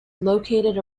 located